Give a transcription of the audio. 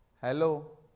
Hello